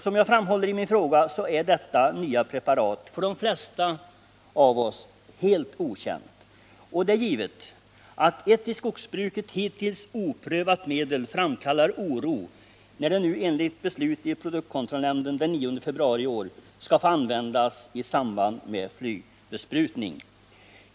Som jag framhåller i min fråga är detta nya preparat för de flesta av oss helt okänt. Det är givet att det uppstår oro, när ett i skogsbruket hittills oprövat medel nu, enligt beslut i produktkontrollnämnden den 9 februari i år, skall få användas i samband med flygbesprutning.